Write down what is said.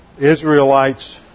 Israelites